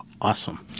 awesome